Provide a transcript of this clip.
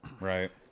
Right